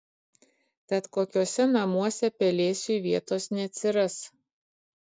tad kokiuose namuose pelėsiui vietos neatsiras